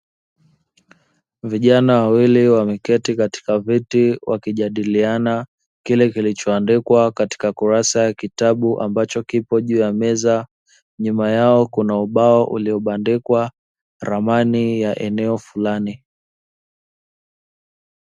Vijana wawili wameketi katika viti wakijadiliana kile kilichoandikwa katika kurasa ya kitabu ambacho kipo juu ya meza. Nyuma yao kuna ubao uliobandikwa ramani ya eneo fulani.